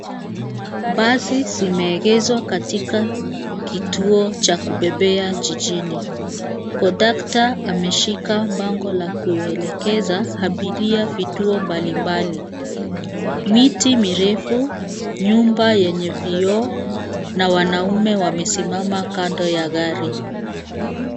Basi zimeegezwa katika kituo cha kubebea jijini. Kondakta ameshika bango la kuelekeza abiria vituo mbalimbali. Miti mirefu, nyumba yenye vioo na wanaume wamesimama kando ya gari.